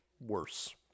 worse